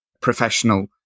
professional